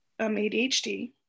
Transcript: adhd